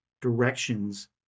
directions